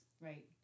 Right